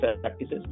practices